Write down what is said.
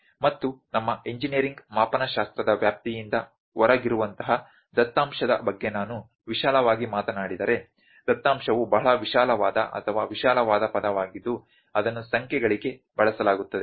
ಮತ್ತು ನಮ್ಮ ಎಂಜಿನಿಯರಿಂಗ್ ಮಾಪನಶಾಸ್ತ್ರದ ವ್ಯಾಪ್ತಿಯಿಂದ ಹೊರಗಿರುವಂತಹ ದತ್ತಾಂಶದ ಬಗ್ಗೆ ನಾನು ವಿಶಾಲವಾಗಿ ಮಾತನಾಡಿದರೆ ದತ್ತಾಂಶವು ಬಹಳ ವಿಶಾಲವಾದ ಅಥವಾ ವಿಶಾಲವಾದ ಪದವಾಗಿದ್ದು ಅದನ್ನು ಸಂಖ್ಯೆಗಳಿಗೆ ಬಳಸಲಾಗುತ್ತದೆ